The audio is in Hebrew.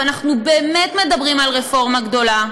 ואנחנו באמת מדברים על רפורמה גדולה,